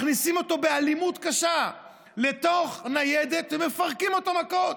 מכניסים אותו באלימות קשה לתוך ניידת ומפרקים אותו במכות.